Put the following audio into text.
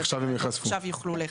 עכשיו יוכלו להיחשף?